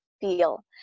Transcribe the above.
feel